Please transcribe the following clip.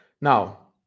Now